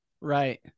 Right